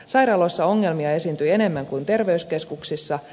sairaaloissa ongelmia esiintyi enemmän kuin terveyskeskuksissa